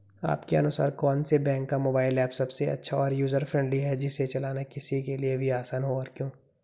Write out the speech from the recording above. आपके अनुसार कौन से बैंक का मोबाइल ऐप सबसे अच्छा और यूजर फ्रेंडली है जिसे चलाना किसी के लिए भी आसान हो और क्यों?